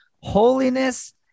holiness